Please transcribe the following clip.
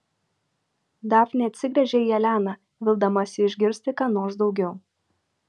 dafnė atsigręžia į eleną vildamasi išgirsti ką nors daugiau